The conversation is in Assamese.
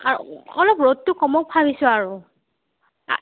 অলপ ৰ'দটো কমক ভাবিছোঁ আৰু